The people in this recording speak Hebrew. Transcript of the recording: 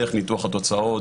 דרך ניתוח התוצאות,